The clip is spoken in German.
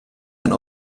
ein